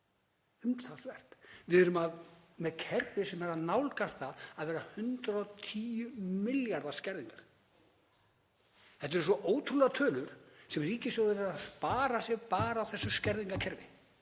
umtalsvert. Við erum með kerfi sem er að nálgast það að vera 110 milljarða skerðingar. Þetta eru svo ótrúlegar tölur sem ríkissjóður er að spara sér á þessu skerðingarkerfi